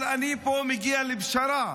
אבל אני פה מגיע לפשרה,